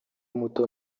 muto